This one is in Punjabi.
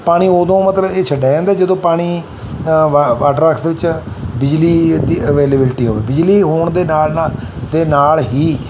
ਪਾਣੀ ਉਦੋਂ ਮਤਲਬ ਇਹ ਛੱਡਿਆ ਜਾਂਦਾ ਜਦੋਂ ਪਾਣੀ ਵਾ ਵਾਟਰ ਵਕਸ ਦੇ ਵਿੱਚ ਬਿਜਲੀ ਦੀ ਅਵੇਲੇਬਿਲਿਟੀ ਹੋਵੇ ਬਿਜਲੀ ਹੋਣ ਦੇ ਨਾਲ ਨਾਲ ਦੇ ਨਾਲ ਹੀ